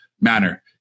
manner